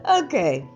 okay